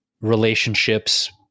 relationships